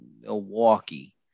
Milwaukee